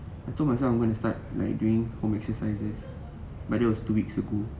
I told myself I'm going to start like doing home exercises but that was two weeks ago